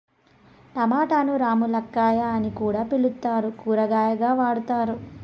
టమోటాను రామ్ములక్కాయ అని కూడా పిలుత్తారు, కూరగాయగా వాడతారు